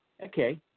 Okay